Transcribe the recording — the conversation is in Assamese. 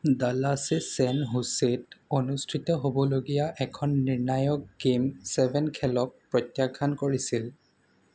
ডালাছে ছেন হোছেত অনুষ্ঠিত হ'বলগীয়া এখন নিৰ্ণায়ক গেইম ছেভেন খেলক প্ৰত্যাখ্যান কৰিছিল